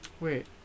Wait